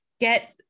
get